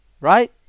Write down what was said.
right